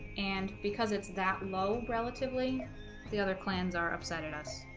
and because it's that low relatively the other clans are upset at us